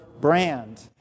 brand